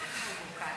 איזה פרובוקציות?